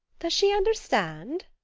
does she understand?